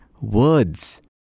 words